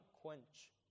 quench